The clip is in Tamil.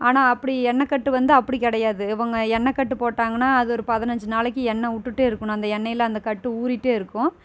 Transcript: ஆனால் அப்படி எண்ணெய் கட்டு வந்து அப்படி கிடையாது இவங்க எண்ணெய் கட்டு போட்டாங்கன்னால் அது ஒரு பதினஞ்சு நாளைக்கு எண்ணெய் விட்டுட்டே இருக்கணும் அந்த எண்ணெயில் அந்த கட்டு ஊறிகிட்டே இருக்கும்